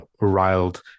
riled